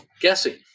guessing